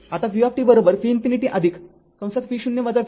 आता v v∞ v0 v ∞ e to the power tτ आहे